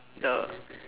the